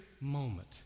moment